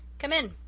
come in,